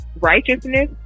righteousness